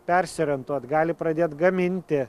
persiorientuot gali pradėt gaminti